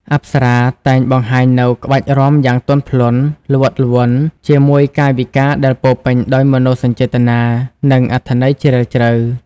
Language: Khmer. អប្សរាតែងបង្ហាញនូវ ក្បាច់រាំយ៉ាងទន់ភ្លន់ ល្វត់ល្វន់ ជាមួយកាយវិការដែលពោរពេញដោយមនោសញ្ចេតនា និងអត្ថន័យជ្រាលជ្រៅ។